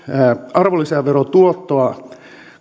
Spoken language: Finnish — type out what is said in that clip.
arvonlisäverotuottoa